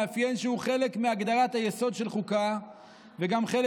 מאפיין שהוא חלק מהגדרת היסוד של חוקה וגם חלק